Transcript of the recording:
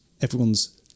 everyone's